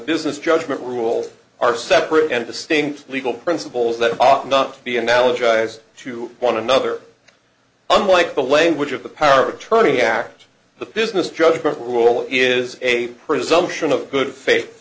business judgment rules are separate and distinct legal principles that ought not to be analogized to one another unlike the language of the power of attorney act the business judgment rule is a presumption of good fa